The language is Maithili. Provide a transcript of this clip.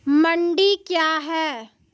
मंडी क्या हैं?